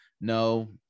No